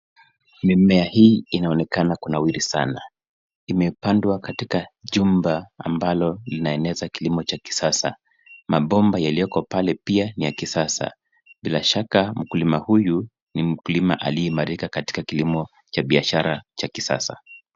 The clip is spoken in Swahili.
Mimea hii inaonekana kunawiri sana, imepandwa katika jumba ambalo linaeneza kilimo cha kisasa, mabomba yaliyowekwa pale pia ni ya kisasa. Bila shaka mkulima huyu ni mkulima, aliyeimarika katika kilimo cha biashara cha kisasa.